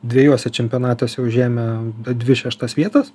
dviejuose čempionatuose užėmę dvi šeštas vietas